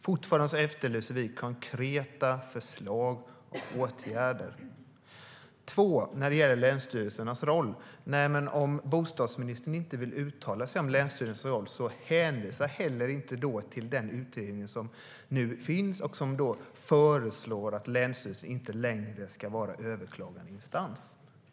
Fortfarande efterlyser vi konkreta förslag och åtgärder. För det andra: Om bostadsministern inte vill uttala sig om länsstyrelsernas roll, hänvisa då inte heller till den utredning som nu finns och som föreslår att länsstyrelserna inte längre ska vara överklagandeinstans.